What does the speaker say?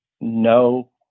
no